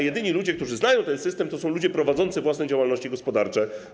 Jedyni ludzie, którzy znają ten system, to są ludzie prowadzący własną działalność gospodarczą.